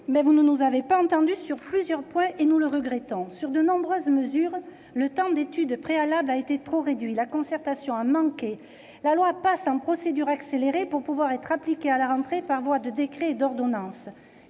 vous ne nous avez pas entendus sur plusieurs points, et nous le regrettons. Sur de nombreuses mesures, le temps d'étude préalable a été trop réduit. La concertation a manqué. Le projet de loi est examiné en procédure accélérée afin de pouvoir être appliqué à la rentrée par voie de décrets et d'ordonnances.